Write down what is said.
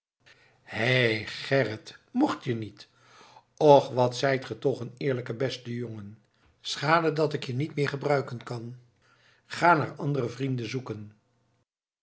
hé gerrit mocht je niet och wat zijt ge toch een eerlijke beste jongen schade dat ik je niet meer gebruiken kan ga maar andere vrienden zoeken